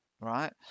right